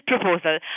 proposal